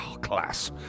class